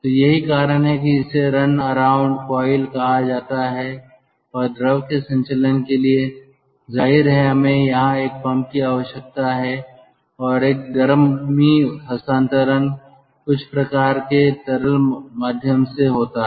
तो यही कारण है कि इसे रन अराउंड कॉइल कहा जाता है और द्रव के संचलन के लिए जाहिर है हमें यहां एक पंप की आवश्यकता है और एक गर्मी हस्तांतरण कुछ प्रकार के तरल माध्यम से होता है